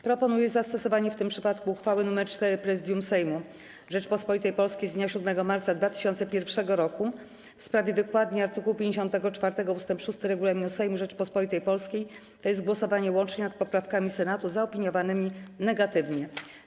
Proponuję zastosowanie w tym przypadku uchwały nr 4 Prezydium Sejmu Rzeczypospolitej Polskiej z dnia 7 marca 2001 r. w sprawie wykładni art. 54 ust. 6 Regulaminu Sejmu Rzeczypospolitej Polskiej, tj. głosowanie łączne nad poprawkami Senatu zaopiniowanymi negatywnie.